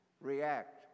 react